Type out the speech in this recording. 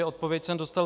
Odpověď jsem dostal 30.